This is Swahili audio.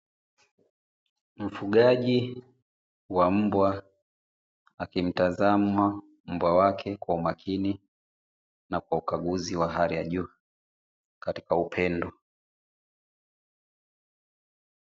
Mfugaji wa mbwa akimtazama mbwa wake kwa umakini na kwa ukaguzi wa hali ya juu katika upendo.